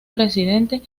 presidente